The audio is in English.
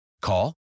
Call